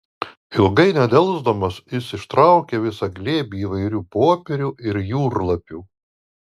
ilgai nedelsdamas jis ištraukė visą glėbį įvairių popierių ir jūrlapių